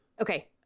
Okay